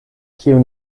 kiu